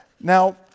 Now